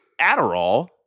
Adderall